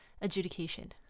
adjudication